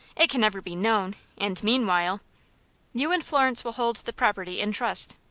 it can never be known, and meanwhile you and florence will hold the property in trust.